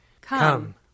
Come